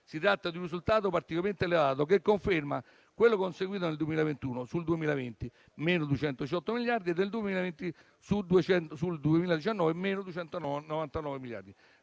Si tratta di un risultato particolarmente elevato che conferma quello conseguito nel 2021 sul 2020 (-218 miliardi) e nel 2020 sul 2019 (299 miliardi)